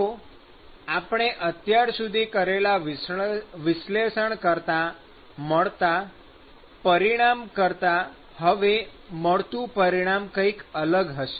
તો આપણે અત્યાર સુધી કરેલા વિશ્લેષણ કરતાં મળતા પરિણામ કરતાં હવે મળતું પરિણામ કઈક અલગ હશે